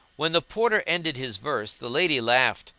when the porter ended his verse the lady laughed.